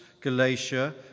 Galatia